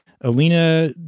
Alina